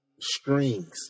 strings